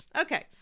Okay